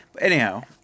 Anyhow